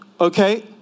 Okay